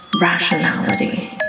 rationality